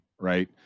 Right